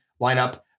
lineup